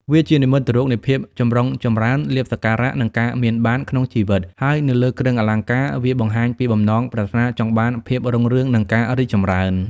វាជានិមិត្តរូបនៃ ភាពចម្រុងចម្រើន លាភសក្ការៈ និងការមានបាន ក្នុងជីវិត ហើយនៅលើគ្រឿងអលង្ការ វាបង្ហាញពីបំណងប្រាថ្នាចង់បានភាពរុងរឿង និងការរីកចម្រើន។